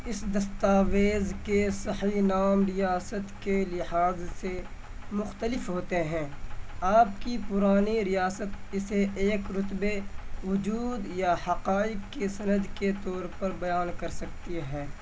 اس دستاویز کے صحیح نام ریاست کے لحاظ سے مختلف ہوتے ہیں آپ کی پرانی ریاست اسے ایک رتبے وجود یا حقائق کی سند کے طور پر بیان کر سکتی ہیں